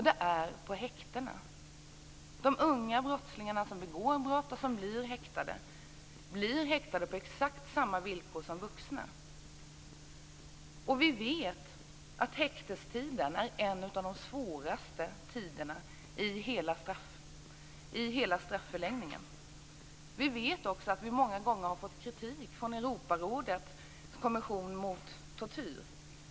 Det gäller häktena. De unga brottslingar som begår brott och blir häktade blir häktade på exakt samma villkor som vuxna. Vi vet att häktestiden är en av de svåraste tiderna under hela straffet. Vi vet också att vi många gånger har fått kritik från Europarådets kommission mot tortyr.